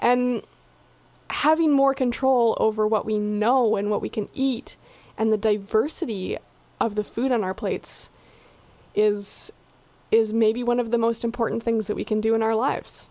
and having more control over what we know when what we can eat and the diversity of the food on our plates is is maybe one of the most important things that we can do in our lives